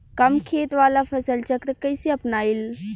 कम खेत वाला फसल चक्र कइसे अपनाइल?